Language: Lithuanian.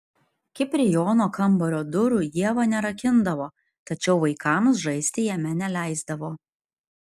kiprijono kambario durų ieva nerakindavo tačiau vaikams žaisti jame neleisdavo